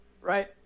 right